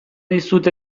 dizut